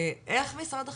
איך משרד החינוך,